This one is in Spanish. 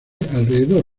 alrededor